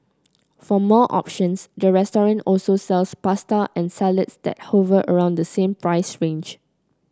for more options the restaurant also sells pasta and salads that hover around the same price range